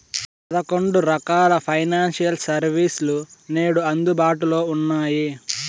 పదకొండు రకాల financial service లు నేడు అందుబాటులో ఉన్నాయి